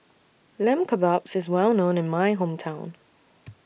Lamb Kebabs IS Well known in My Hometown